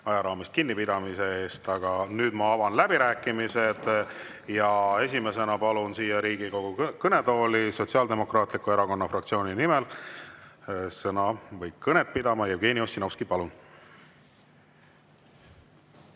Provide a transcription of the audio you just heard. ajaraamidest kinnipidamise eest! Aga nüüd ma avan läbirääkimised. Esimesena palun siia Riigikogu kõnetooli Sotsiaaldemokraatliku Erakonna fraktsiooni nimel kõnet pidama Jevgeni Ossinovski. Palun!